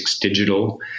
Digital